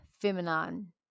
feminine